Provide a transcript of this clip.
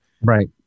Right